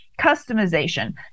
Customization